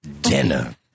dinner